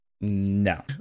no